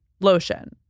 Lotion